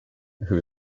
who